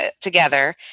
together